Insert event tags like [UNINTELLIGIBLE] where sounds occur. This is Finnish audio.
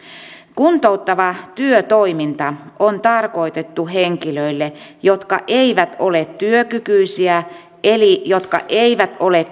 kuntouttava työtoiminta on tarkoitettu henkilöille jotka eivät ole työkykyisiä eli jotka eivät ole [UNINTELLIGIBLE]